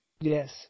Yes